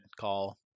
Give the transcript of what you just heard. call